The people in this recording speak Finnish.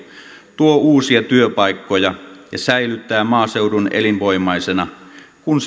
tuovat uusia työpaikkoja ja säilyttävät maaseudun elinvoimaisena kun